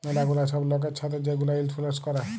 ম্যালা গুলা ছব লয়কের ছাথে যে গুলা ইলসুরেল্স ক্যরে